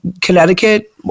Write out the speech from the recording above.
Connecticut